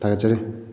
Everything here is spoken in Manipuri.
ꯊꯥꯒꯠꯆꯔꯤ